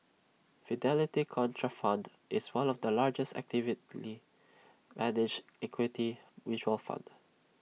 Fidelity Contrafund is one of the largest actively managed equity mutual fund